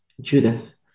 Judas